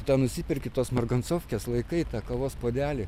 nusiperki tuos margansofskes laikai tą kavos puodelį